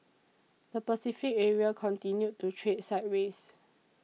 the Pacific area continued to trade sideways